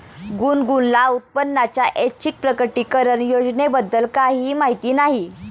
गुनगुनला उत्पन्नाच्या ऐच्छिक प्रकटीकरण योजनेबद्दल काहीही माहिती नाही